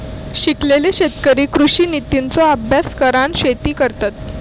शिकलेले शेतकरी कृषि नितींचो अभ्यास करान शेती करतत